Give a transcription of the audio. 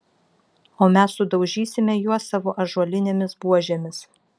o mes sudaužysime juos savo ąžuolinėmis buožėmis